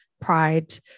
pride